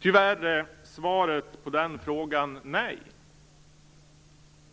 Tyvärr är svaret på de frågorna nej.